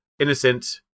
innocent